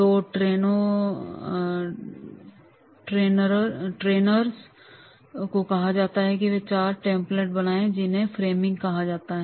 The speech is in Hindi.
तो ट्रेनरो को कहा जाता है कि वे चार टेम्प्लेट बनाएं जिन्हें फ्रेमिंग कहा जाता है